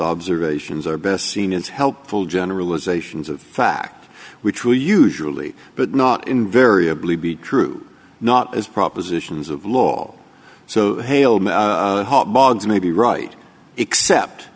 observations are best seen as helpful generalisations of fact which will usually but not invariably be true not as propositions of law so pale boggs may be right except